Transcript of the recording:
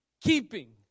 keeping